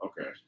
okay